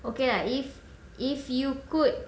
okay lah if if you could